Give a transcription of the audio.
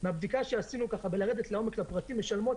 מהבדיקה שעשינו עם ירידה לעומק לפרטים משלמות